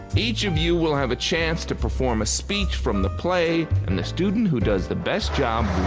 each of you will have a chance to perform a speech from the play and the student who does the best job